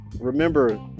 Remember